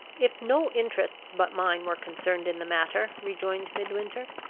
if no interests but mine were concerned in the matter, rejoined midwinter,